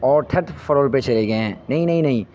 اور تھڈ فلور پر چلے گئے ہیں نہیں نہیں نہیں